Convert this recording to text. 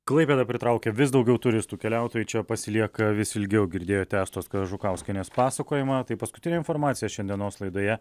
klaipėda pritraukia vis daugiau turistų keliautojai čia pasilieka vis ilgiau girdėjote astos kažukauskienės pasakojimą tai paskutinė informacija šiandienos laidoje